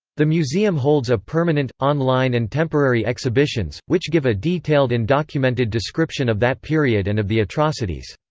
the museum holds a permanent, online and temporary exhibitions, which give a detailed and documented description of that period and of the atrocities.